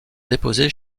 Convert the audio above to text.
déposés